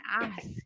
ask